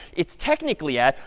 it's technically at,